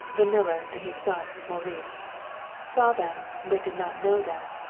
the miller and his son, maurice saw them, but did not know them,